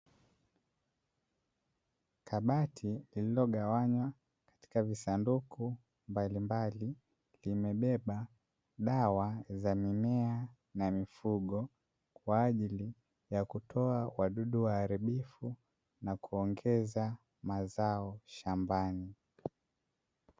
Kabati lililogawanywa katika visanduku mbalimbali, limebeba dawa za mimea na mifugo kwaajili ya kutoa wadudu waharibifu na kuongeza mazao shambani.